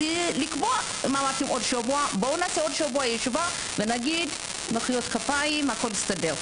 אז לקבוע עוד שבוע ישיבה ונמחא כפיים ונגיד שהכל הסתדר.